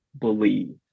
believe